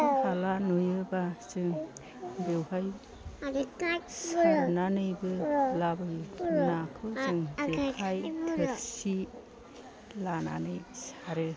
हाखर हाला नुयोबा जों बेवहाय सारनानैबो लाबोयो नाखौ जों जेखाइ थोरसि लानानै सारो